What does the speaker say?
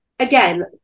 again